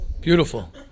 Beautiful